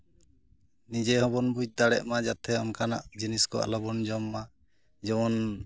ᱱᱤᱡᱮ ᱦᱚᱸᱵᱚᱱ ᱵᱩᱡ ᱫᱟᱲᱮᱜᱼᱢᱟ ᱡᱟᱛᱮ ᱚᱱᱠᱟᱱᱟᱜ ᱡᱤᱱᱤᱥ ᱠᱚ ᱟᱞᱚᱵᱚᱱ ᱡᱚᱢ ᱢᱟ ᱡᱮᱢᱚᱱ